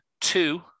two